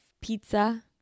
Pizza